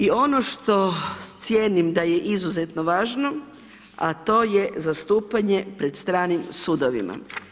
I ono što cijenim da je izuzetno važno, a to je zastupanje pred stranim sudovima.